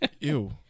Ew